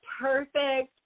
perfect